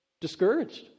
Discouraged